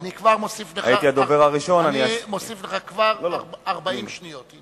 אני מוסיף לך כבר 40 שניות.